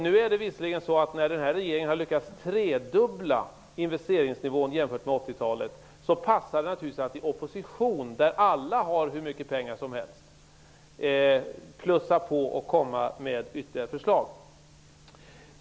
När den nuvarande regeringen har lyckats tredubbla investeringsvolymen jämfört med 80-talet, passar det naturligtvis i opposition, där alla har hur mycket pengar som helst, att plussa på och komma med ytterligare förslag.